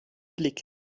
blick